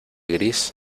gris